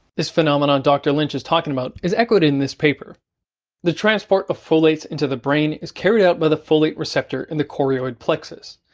this phenomenon dr. lynch is talking about is echoed in this paper the transport of folates into the brain is carried out by the folate receptor in the choroid plexus,